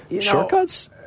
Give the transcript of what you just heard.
shortcuts